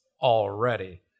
already